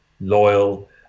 loyal